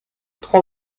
trois